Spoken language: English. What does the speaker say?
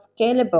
scalable